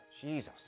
Jesus